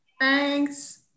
Thanks